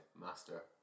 master